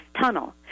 tunnel